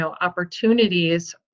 opportunities